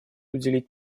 уделять